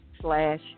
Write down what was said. slash